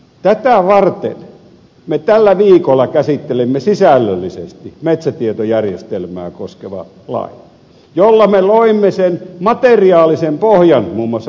tätä varten me tällä viikolla käsittelimme sisällöllisesti metsätietojärjestelmää koskevaa lakia jolla me loimme sen materiaalisen pohjan muun muassa metsäenergian käytölle